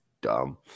dumb